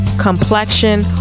complexion